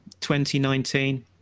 2019